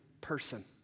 person